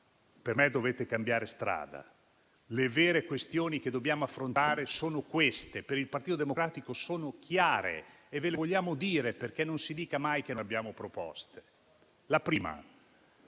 Per me dovete cambiare strada. Le vere questioni che dobbiamo affrontare sono altre, per il Partito Democratico sono chiare e ve le vogliamo dire, perché non si dica mai che non abbiamo proposte.